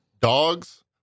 dogs